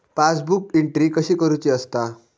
Passbook entry कशी करुची असता?